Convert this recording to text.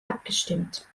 abgestimmt